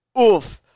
Oof